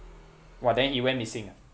!wah! then he went missing ah